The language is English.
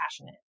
passionate